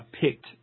picked